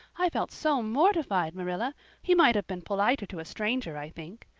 i felt so mortified, marilla he might have been politer to a stranger, i think.